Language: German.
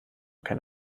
kein